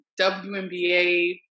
WNBA